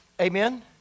Amen